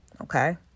okay